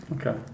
Okay